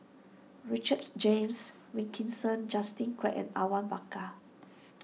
Richards James Wilkinson Justin Quek and Awang Bakar